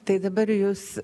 tai dabar jūs